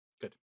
Good